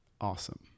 awesome